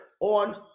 on